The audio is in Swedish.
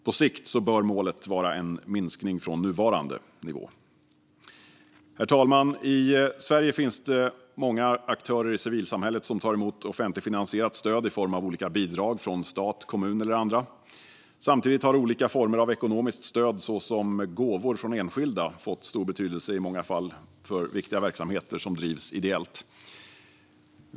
På sikt bör målet vara en minskning från nuvarande nivå. Herr talman! I Sverige finns det många aktörer i civilsamhället som tar emot offentligfinansierat stöd i form av olika bidrag från stat, kommun eller andra. Samtidigt har olika former av ekonomiskt stöd såsom gåvor från enskilda stor betydelse i många fall för viktiga verksamheter som bedrivs ideellt.